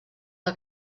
del